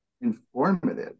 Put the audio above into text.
informative